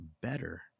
better